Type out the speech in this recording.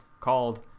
called